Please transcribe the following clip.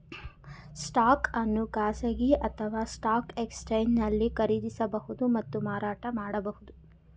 stock ಅನ್ನು ಖಾಸಗಿ ಅಥವಾ ಸ್ಟಾಕ್ ಎಕ್ಸ್ಚೇಂಜ್ನಲ್ಲಿ ಖರೀದಿಸಬಹುದು ಮತ್ತು ಮಾರಾಟ ಮಾಡಬಹುದು